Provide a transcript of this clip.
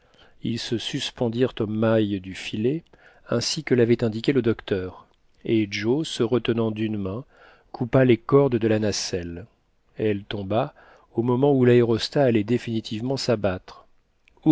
ils se suspendirent aux mailles du filet ainsi que l'avait indiqué le docteur et joe se retenant d'une main coupa les cordes de la nacelle elle tomba au moment où l'aérostat allait définitivement s'abattre